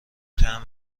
طعم